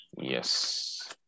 Yes